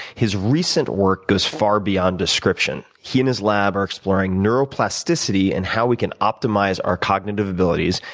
his recent work goes far beyond description. he and his lab are exploring neuroplasticity and how we can optimize our cognitive abilities,